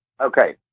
Okay